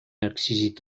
exigit